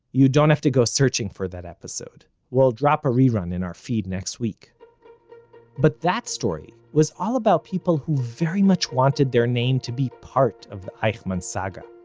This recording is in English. you don't have to go searching for that episode we'll drop a rerun in our feed next week but that story was all about people who very much wanted their name to be part of the eichmann saga.